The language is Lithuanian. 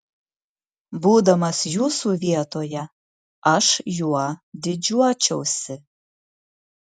būdamas jūsų vietoje aš juo didžiuočiausi